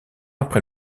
après